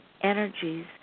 energies